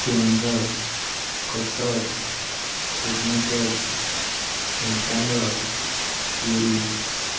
Keonjhar Cuttack Bhubaneswar Dhenkanal Puri